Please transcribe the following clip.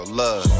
love